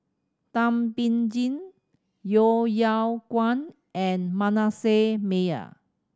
Thum Ping Tjin Yeo Yeow Kwang and Manasseh Meyer